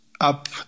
up